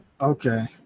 Okay